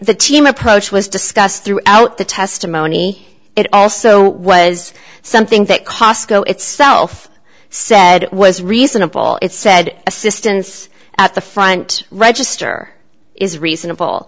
the team approach was discussed throughout the testimony it also was something that cosco itself said was reasonable it said assistance at the front register is reasonable